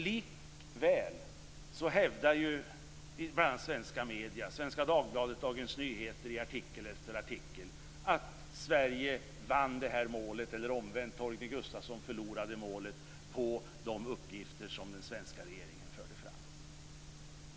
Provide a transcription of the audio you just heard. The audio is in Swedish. Likväl hävdas i svenska medier - Svenska Torgny Gustafsson förlorade målet på de uppgifter som den svenska regeringen förde fram.